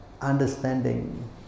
understanding